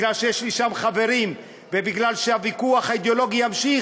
מפני שיש לי שם חברים ומפני שהוויכוח האידיאולוגי יימשך,